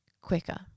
quicker